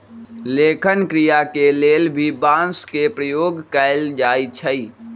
लेखन क्रिया के लेल भी बांस के प्रयोग कैल जाई छई